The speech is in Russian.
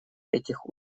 этих